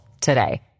today